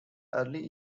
early